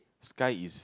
sky is